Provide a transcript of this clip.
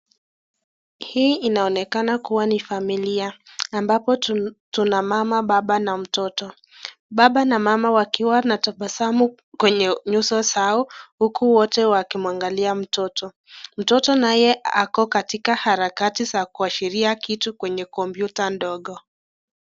Hii inaonekana kua ni familia ambapo tuna baba, mama na mtoto. Baba na mama wakiwa na tabasamu kwenye nyuso zao, huku wote wakimwangalia mtoto. Mtoto naye ako katika harakati za kuashiria kitu kwenye komputa ndogo.